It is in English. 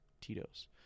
tito's